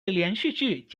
连续剧